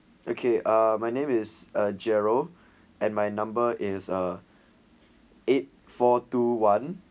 okay uh my name is uh gerald and my number is uh eight four two one